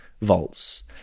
volts